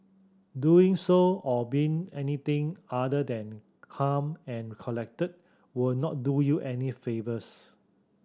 doing so or being anything other than calm and collected will not do you any favours